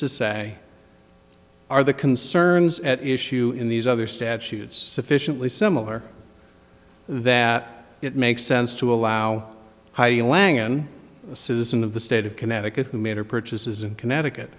say are the concerns at issue in these other statutes sufficiently similar that it makes sense to allow how you langen a citizen of the state of connecticut who made her purchases in connecticut